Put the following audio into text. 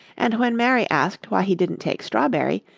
and when mary asked why he didn't take strawberry,